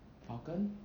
falcon